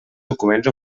documents